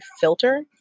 filter